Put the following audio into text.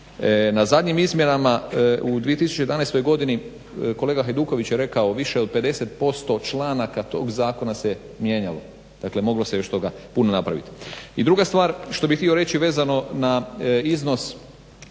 na zadnjim izmjenama u 2011.godini kolega Hajduković je rekao više od 50% članaka tog zakona se mijenjalo. Dakle moglo se još toga puno napraviti. I druga stvar što bih htio reći vezano na iznos